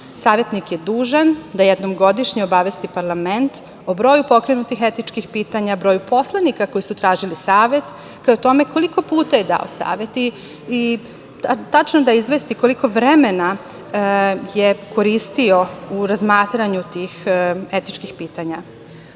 Savetnik je dužan da jednom godišnje obavesti parlament o broju pokrenutih etičkih pitanja, broju poslanika koji su tražili savet, kao i o tome koliko puta je dao savet i tačno da izvesti koliko vremena je koristio u razmatranju tih etičkih pitanja.S